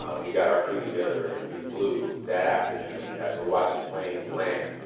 we got our crew together. and we flew that afternoon, as we're watching planes land.